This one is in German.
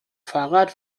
fahrrad